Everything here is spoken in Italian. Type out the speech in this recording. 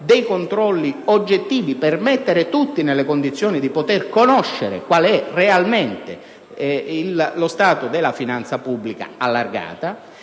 dei controlli oggettivi del Parlamento, per mettere tutti nelle condizioni di conoscere qual è realmente lo stato della finanza pubblica allargata,